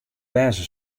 wêze